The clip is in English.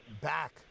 back